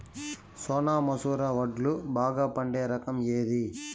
సోనా మసూర వడ్లు బాగా పండే రకం ఏది